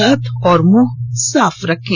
हाथ और मुंह साफ रखें